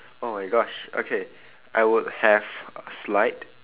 oh my gosh okay I would have a slide